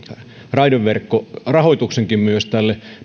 raideverkkorahoituksen myös tälle